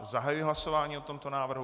Zahajuji hlasování o tomto návrhu.